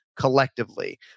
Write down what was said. collectively